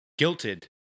guilted